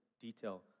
detail